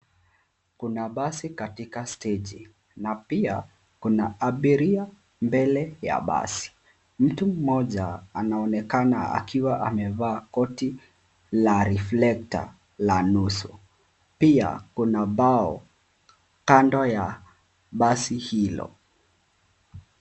Kuna basi katika steji na pia kuna abiria mbele ya basi. Mtu mmoja anaonekana akiwa amevaa koti la reflector la nusu. Pia, kuna bao kando ya basi hilo.